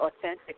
authentic